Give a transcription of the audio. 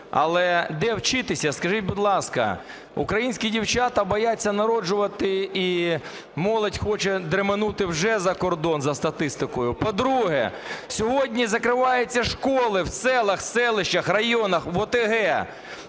Але де вчитися, скажіть, будь ласка? Українські дівчата бояться народжувати і молодь хоче дременути вже за кордон за статистикою. По-друге, сьогодні закриваються школи в селах, селищах, районах, в ОТГ